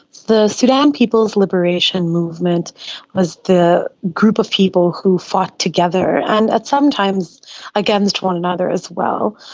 the sudan people's liberation movement was the group of people who fought together, and at some times against one another as well,